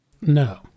No